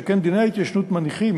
שכן דיני ההתיישנות מניחים